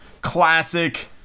classic